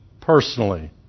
personally